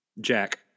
Jack